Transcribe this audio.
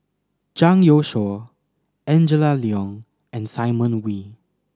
Zhang Youshuo Angela Liong and Simon Wee